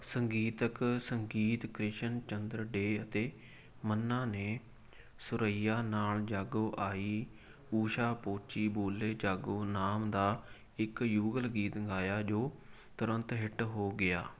ਸੰਗੀਤਕ ਸੰਗੀਤ ਕ੍ਰਿਸ਼ਨ ਚੰਦਰ ਡੇ ਅਤੇ ਮੰਨਾ ਨੇ ਸੁਰੱਈਆ ਨਾਲ ਜਾਗੋ ਆਈ ਊਸ਼ਾ ਪੋਚੀ ਬੋਲੇ ਜਾਗੋ ਨਾਮ ਦਾ ਇੱਕ ਯੁਗਲ ਗੀਤ ਗਾਇਆ ਜੋ ਤੁਰੰਤ ਹਿੱਟ ਹੋ ਗਿਆ